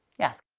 yes.